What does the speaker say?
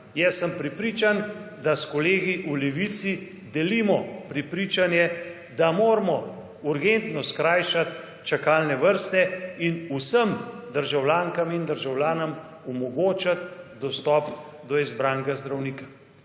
Jaz sem prepričan, da s kolegi v Levici delimo prepričanje, da moramo urgentno skrajšati čakalne vrste in vsem državljankam in državljanom omogočiti dostop do izbranega zdravnika.